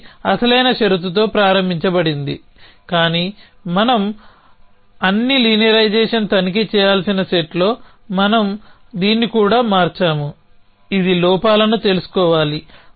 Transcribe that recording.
ఇది అసలైన షరతుతో ప్రారంభించబడింది కానీ అన్ని లీనియరైజేషన్ను తనిఖీ చేయాల్సిన సెట్లో మనం దీన్ని కూడా మార్చాము ఇది లోపాలను తెలుసుకోవాలి